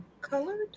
colored